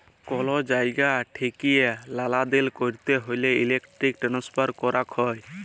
call জায়গা ঠেকিয়ে লালদেল ক্যরতে হ্যলে ইলেক্ট্রনিক ট্রান্সফার ক্যরাক হ্যয়